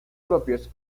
propios